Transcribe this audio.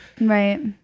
right